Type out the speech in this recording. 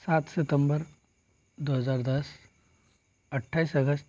सात सितंबर दो हज़ार दस अट्ठाईस अगस्त